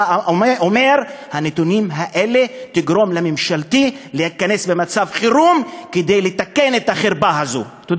הגבוה ביותר 252. היישוב הערבי הגבוה ביותר הוא במקום 173. נכון,